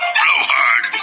blowhard